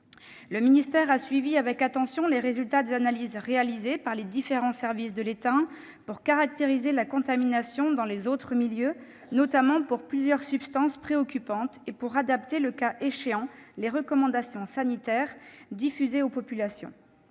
Le ministère a suivi avec attention les résultats des analyses réalisées par les différents services de l'État pour caractériser la contamination dans les autres milieux, concernant notamment plusieurs substances préoccupantes, afin, le cas échéant, d'adapter les recommandations sanitaires diffusées auprès des populations.